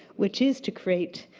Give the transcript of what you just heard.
which is to create,